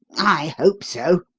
i hope so,